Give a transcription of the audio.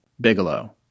Bigelow